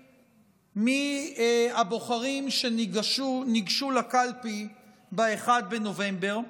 מהבוחרים שניגשו לקלפי ב-1 בנובמבר,